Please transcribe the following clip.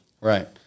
Right